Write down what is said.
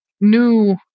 new